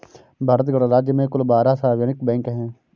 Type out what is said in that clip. भारत गणराज्य में कुल बारह सार्वजनिक बैंक हैं